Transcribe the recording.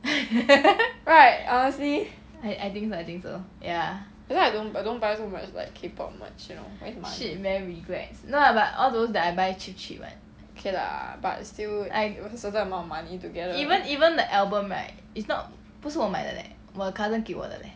right honestly that's I don't I don't buy so much K pop merch you know okay lah but still also a certain amount of money together